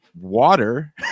Water